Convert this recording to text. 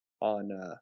on